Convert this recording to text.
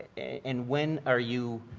and when are you,